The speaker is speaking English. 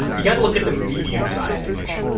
you gotta look at the medium-sized picture.